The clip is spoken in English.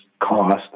cost